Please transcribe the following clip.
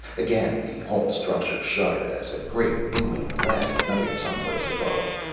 again the whole structure shuddered as a great booming blast ignited some place above.